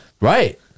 Right